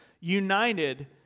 united